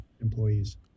employees